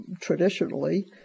traditionally